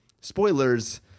spoilers